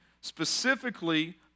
specifically